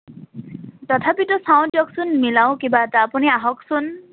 তথাপিতো চাওঁ দিয়কচোন মিলাওঁ কিবা এটা আপুনি আহকচোন